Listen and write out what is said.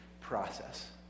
process